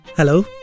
Hello